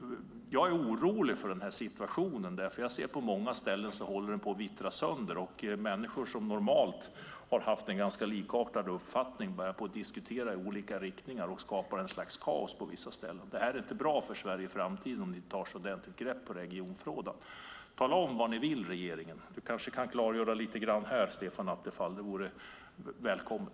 Jag är orolig för situationen. På många ställen håller den på att vittra sönder. Människor som normalt har haft en likartad uppfattning börjar diskutera i olika riktningar och skapar kaos på vissa ställen. Det är inte bra för Sverige i framtiden om det inte tas ett ordentligt grepp om regionfrågan. Tala om vad ni vill i regeringen! Stefan Attefall kanske kan klargöra vad regeringen vill här. Det vore välkommet.